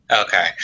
okay